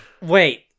wait